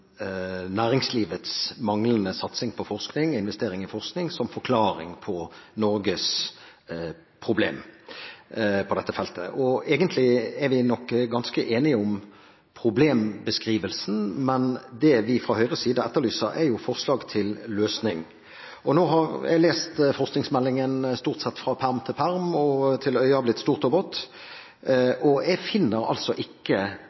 næringslivets manglende investering i forskning som forklaring på Norges problem på dette feltet. Egentlig er vi nok ganske enige om problembeskrivelsen, men det vi fra Høyres side etterlyser, er forslag til løsning. Nå har jeg lest forskningsmeldingen stort sett fra perm til perm til øyet har blitt stort og vått, og jeg finner altså ikke